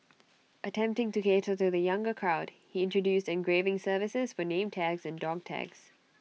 attempting to cater to the younger crowd he introduced engraving services for name tags and dog tags